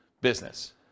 business